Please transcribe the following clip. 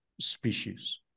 species